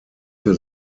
für